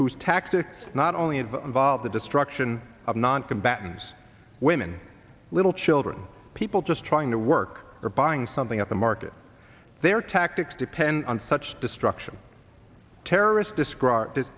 whose tactics not only of involve the destruction of noncombatants women little children people just trying to work or buying something at the market their tactics depend on such destruction terrorists described i